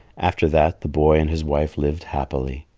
after that, the boy and his wife lived happily.